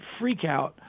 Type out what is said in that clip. freakout